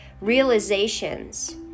realizations